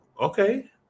okay